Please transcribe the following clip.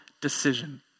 decision